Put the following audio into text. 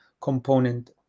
component